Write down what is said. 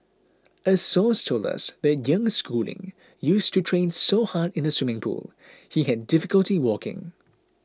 a source told us that young Schooling used to train so hard in the swimming pool he had difficulty walking